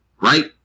Right